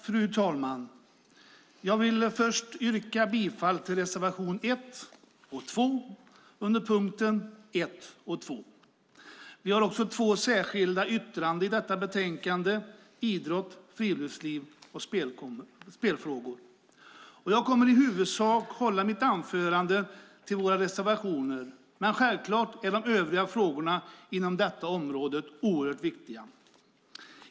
Fru talman! Jag vill först yrka bifall till reservationerna 1 och 2 under punkterna 1 och 2. Vi har också två särskilda yttranden i betänkandet Idrott, friluftsliv och spelfrågor. Jag kommer i huvudsak att hålla mitt anförande till våra reservationer, men självklart är de övriga frågorna inom detta område oerhört viktiga.